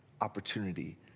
opportunity